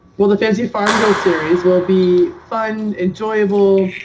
while the fancy farm girl series will be fun, enjoyable,